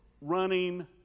running